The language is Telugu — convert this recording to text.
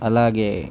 అలాగే